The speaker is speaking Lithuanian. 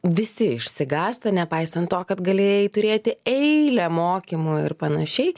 visi išsigąsta nepaisant to kad galėjai turėti eilę mokymų ir panašiai